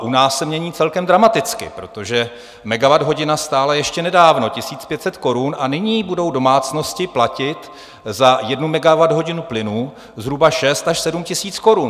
U nás se mění celkem dramaticky, protože megawatthodina stála ještě nedávno 1 500 korun a nyní budou domácnosti platit za jednu megawatthodinu plynu zhruba 6 000 až 7 000 korun.